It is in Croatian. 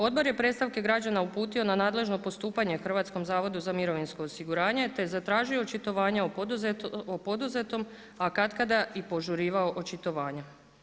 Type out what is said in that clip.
Odbor je predstavke građana uputio na nadležno postupanje Hrvatskom zavodu za mirovinsko osiguranje te je zatražio očitovanja o poduzetom a katkada i požurivao očitovanja.